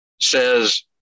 says